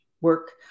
work